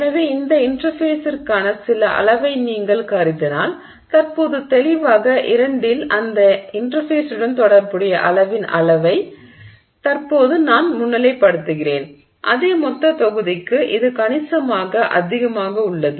எனவே இந்த இன்டெர்ஃபேஸிற்க்கான சில அளவை நீங்கள் கருதினால் தற்போது தெளிவாக 2 இல் அந்த இன்டெர்ஃபேஸுடன் தொடர்புடைய அளவின் அளவை தற்போது நான் முன்னிலைப்படுத்துகிறேன் அதே மொத்த தொகுதிக்கு இது கணிசமாக அதிகமாக உள்ளது